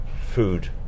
food